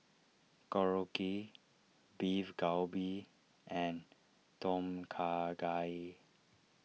Korokke Beef Galbi and Tom Kha Gai